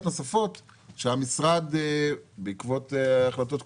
נוספות שהמשרד בעקבות החלטות קודמות.